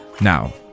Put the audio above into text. now